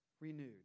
renewed